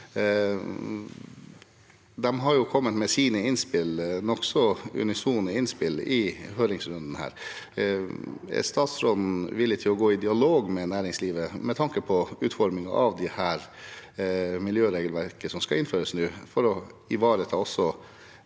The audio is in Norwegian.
De har kommet med sine nokså unisone innspill i høringsrunden. Er statsråden villig til å gå i dialog med næringslivet med tanke på utformingen av dette miljøregelverket som skal innføres nå for å ivareta